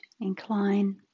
incline